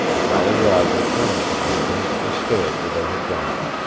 jolly roger turned from nada, and stared where they had gone.